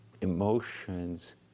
emotions